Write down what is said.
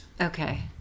Okay